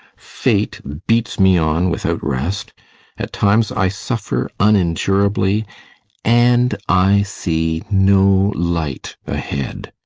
fate beats me on without rest at times i suffer unendurably and i see no light ahead.